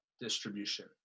distribution